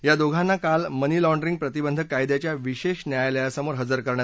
या दोघांना काल मनी लाँडरिंग प्रतिबंधक कायद्याच्या विशेष न्यायालयासमोर इजर करण्यात आलं